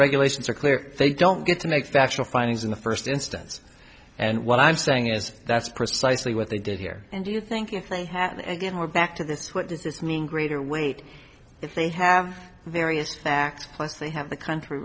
regulations are clear they don't get to make factual findings in the first instance and what i'm saying is that's precisely what they did here and you think you think hat again we're back to this what does this mean greater weight if they have various facts plus they have the country